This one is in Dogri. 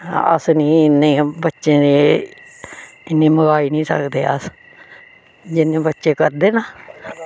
अस नेईं इ'न्ने बच्चें दे इ'न्नी मकाई निं सकदे अस जि'न्ने बच्चे करदे